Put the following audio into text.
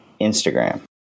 Instagram